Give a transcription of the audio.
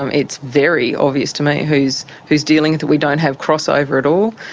um it's very obvious to me who's who's dealing with it, we don't have crossover at all.